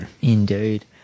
Indeed